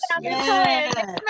Yes